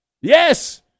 Yes